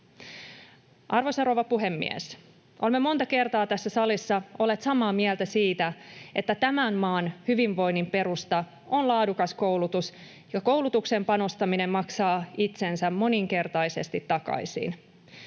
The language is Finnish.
Arvoisa rouva puhemies! Olemme monta kertaa tässä salissa olleet samaa mieltä siitä, että tämän maan hyvinvoinnin perusta on laadukas koulutus ja koulutukseen panostaminen maksaa itsensä moninkertaisesti takaisin.